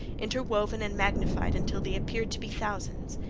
interwoven and magnified until they appeared to be thousands.